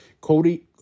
Cody